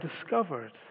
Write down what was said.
discovered